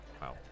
Wow